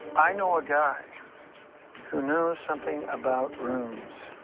i know a guy who knows something about runes.